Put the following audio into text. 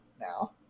now